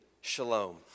shalom